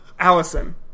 Allison